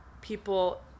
people